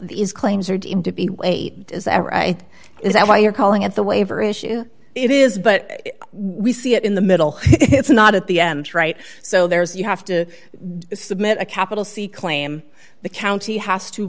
these claims are deemed to be a right is that why you're calling it the waiver issue it is but we see it in the middle it's not at the end right so there's you have to submit a capital c claim the county has to